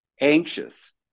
anxious